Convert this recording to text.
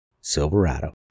Silverado